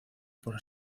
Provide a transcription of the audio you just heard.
por